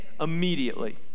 immediately